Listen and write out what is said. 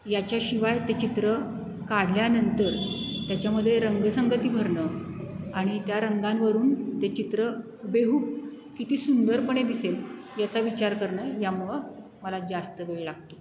याच्याशिवाय ते चित्र काढल्यानंतर त्याच्यामध्ये रंगसंगती भरणं आणि त्या रंगांवरून ते चित्र हुबेहूब किती सुंदरपणे दिसेल याचा विचार करणं यामुळं मला जास्त वेळ लागतो